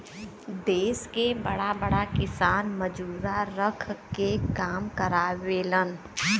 देस के बड़ा बड़ा किसान मजूरा रख के काम करावेलन